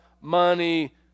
money